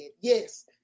yes